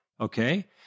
okay